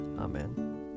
Amen